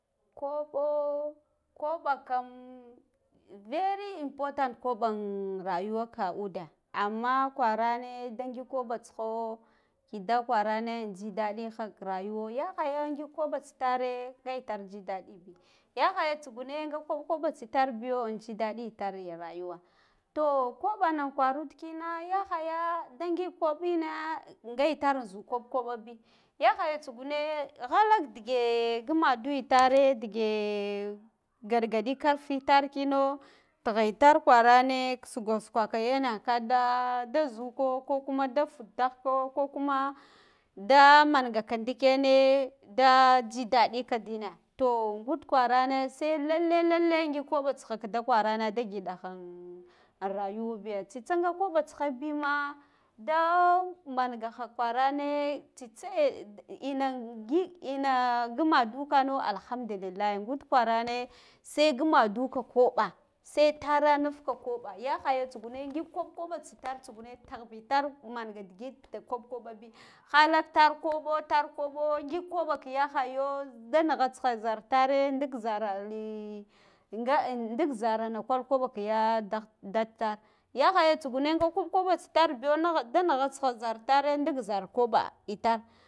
Koɓe koɓa kam very importants am taguawa ka ude amma kwana ne ngik koɓa tsigho kida kwarane jidaɗiha ka rayuwa yaha yo ngig koɓa tsitare nga itar jidaɗibi yahaya tsuguwe nga koɓ koɓa tsitar biyo anjidaɗi itar rayuwa to koɓana kwarud kina yahaya da ngig kaɓina nga itar zu kaɓ koɓabi yahaya tsugune ghalak dige gumadu itare dige galgaɗa karfi tark kino tigha itar kwarane sugwa sukaka yena kada da zuko ko kuma da futhaka kokuma da mangaka ndikene da jidaɗika dina to ngud kwa sai rane lalle lalla ngig koɓa tsiha kida kwarane da giɗahan an rayubiya tsitsa nga koɓa tsiha bima daa mangaha kwara ne tsitsa ehh ina ngig ina ngumadukano alhamdullillahi ngud kwarane sai guma du ka koɓa sai taranufka koɓa yahaya tsugune tahbitar manga digid da koɓa koɓabi halala tar koɓo tar koɓo ngigu oɓa ki yahaya da nigha tsina zartare n dik zara lii nga dik zarana kal koɓa kiga dan daddatar yahaya tsugune nga koɓ koɓa tsitar bigo nigha tsiha zar tare ndik zarko ɓa itar